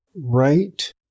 right